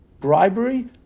bribery